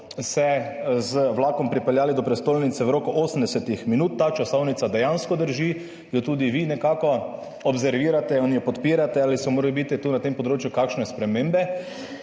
času z vlakom pripeljali do prestolnice v roku 80 minut? Ali ta časovnica dejansko drži, jo tudi vi observirate in jo podpirate ali so morebiti na tem področju kakšne spremembe?